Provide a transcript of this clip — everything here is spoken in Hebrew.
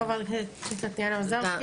חברת הכנסת טטיאנה מזרסקי,